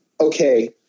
okay